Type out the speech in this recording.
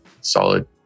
solid